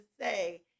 say